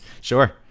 Sure